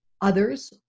others